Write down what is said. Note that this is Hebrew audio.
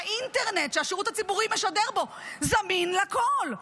האינטרנט שהשירות הציבורי משדר בו זמין לכול,